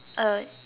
uh